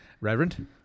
Reverend